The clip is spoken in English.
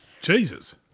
Jesus